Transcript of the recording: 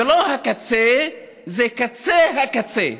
זה לא הקצה, זה קצה הקצה.